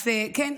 אז כן,